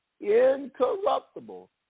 incorruptible